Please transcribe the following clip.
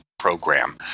program